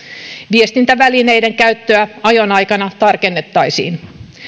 viestintävälineiden käyttöä ajon aikana tarkennettaisiin